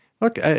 Look